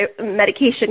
medication